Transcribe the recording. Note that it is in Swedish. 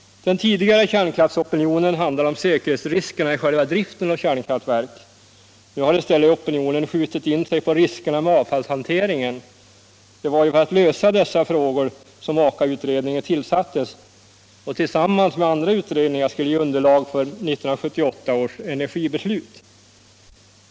Den tidigare kärnkraftsopinionen handlade om säkerhetsriskerna i själva driften av kärnkraftverk. Nu har i stället opinionen skjutit in sig på riskerna med avfallshanteringen. Det var ju för att lösa dessa frågor som Aka-utredningen tillsattes och tillsammans med andra utredningar skulle ge underlag för 1978 års energibeslut.